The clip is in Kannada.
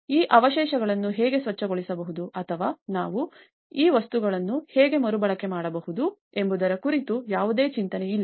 ಆದ್ದರಿಂದ ಈ ಅವಶೇಷಗಳನ್ನು ಹೇಗೆ ಸ್ವಚ್ಛಗೊಳಿಸಬಹುದು ಅಥವಾ ನಾವು ಈ ವಸ್ತುಗಳನ್ನು ಹೇಗೆ ಮರುಬಳಕೆ ಮಾಡಬಹುದು ಎಂಬುದರ ಕುರಿತು ಯಾವುದೇ ಚಿಂತನೆಯಿಲ್ಲ